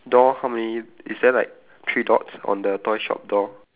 door how many is there like three dots on the toy shop door